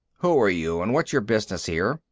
who are you and what's your business here?